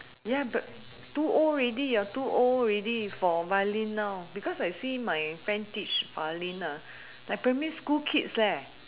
ya but too old already you are too old already for violin now because I see my friend teach violin ah like primary school kids leh